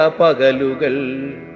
pagalugal